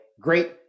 great